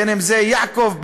בין שזה יעקב,